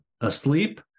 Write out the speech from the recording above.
asleep